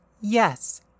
Yes